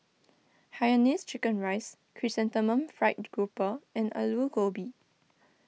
Hainanese Chicken Rice Chrysanthemum Fried Grouper and Aloo Gobi